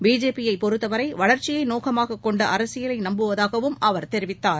BJP யைபொறுத்தவரைவளர்ச்சியைநோக்கமாகக் கொண்டஅரசியலைநம்புவதாகவும் அவர் தெரிவித்தார்